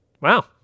Wow